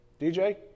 DJ